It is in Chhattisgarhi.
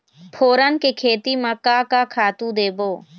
फोरन के खेती म का का खातू देबो?